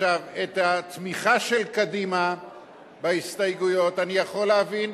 את התמיכה של קדימה בהסתייגויות אני יכול להבין,